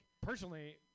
Personally